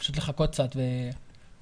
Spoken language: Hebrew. פשוט לחכות קצת ולהמשיך,